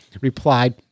replied